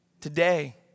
Today